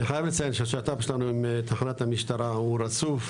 אני חייב לציין שהשת"פ שלנו עם תחנת המשטרה הוא רצוף.